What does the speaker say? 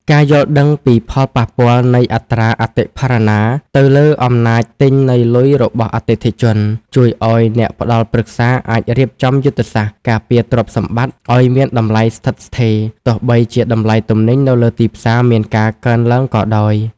ការយល់ដឹងពីផលប៉ះពាល់នៃអត្រាអតិផរណាទៅលើអំណាចទិញនៃលុយរបស់អតិថិជន ជួយឱ្យអ្នកផ្ដល់ប្រឹក្សាអាចរៀបចំយុទ្ធសាស្ត្រការពារទ្រព្យសម្បត្តិឱ្យមានតម្លៃស្ថិតស្ថេរ ទោះបីជាតម្លៃទំនិញនៅលើទីផ្សារមានការកើនឡើងក៏ដោយ។